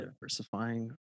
diversifying